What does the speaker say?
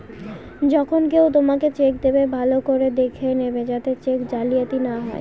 যখন কেউ তোমাকে চেক দেবে, ভালো করে দেখে নেবে যাতে চেক জালিয়াতি না হয়